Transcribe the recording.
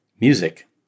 music